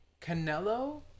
Canelo